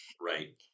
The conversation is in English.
right